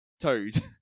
toad